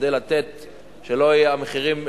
כדי שלא יעלו המחירים,